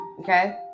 okay